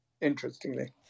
Interestingly